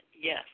yes